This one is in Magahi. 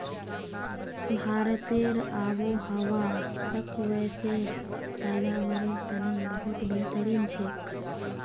भारतेर आबोहवा स्क्वैशेर पैदावारेर तने बहुत बेहतरीन छेक